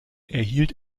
erhielt